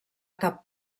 cap